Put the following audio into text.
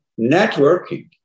Networking